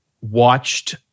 watched